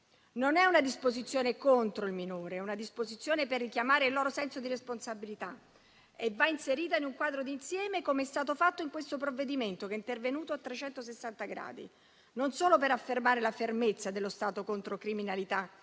Non è una disposizione contro il minore; è una disposizione per richiamare il loro senso di responsabilità e va inserita in un quadro d'insieme. Ciò è stato fatto in questo provvedimento, che è intervenuto a 360 gradi, non solo per affermare la fermezza dello Stato contro criminalità,